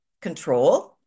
Control